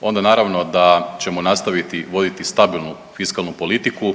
onda naravno da ćemo nastaviti voditi stabilnu fiskalnu politiku